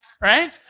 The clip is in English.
right